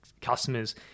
customers